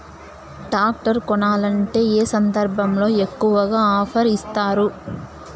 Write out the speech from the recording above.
Tractor కొనాలంటే ఏ సందర్భంలో ఎక్కువగా ఆఫర్ ఇస్తారు?